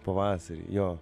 pavasarį jo